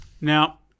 Now